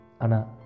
ana